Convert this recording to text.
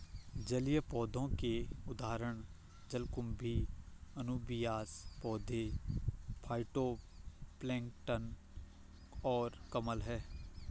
जलीय पौधों के उदाहरण जलकुंभी, अनुबियास पौधे, फाइटोप्लैंक्टन और कमल हैं